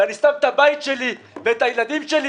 ואני שם את הבית שלי ואת הילדים שלי,